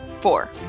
four